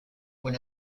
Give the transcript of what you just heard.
when